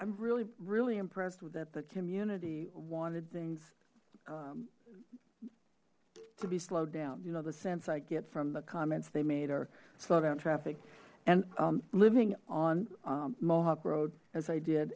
i'm really really impressed with that the community wanted things to be slowed down you know the sense i get from the comments they made or slowed down traffic and living on mohawk road as i did